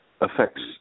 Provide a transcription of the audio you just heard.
affects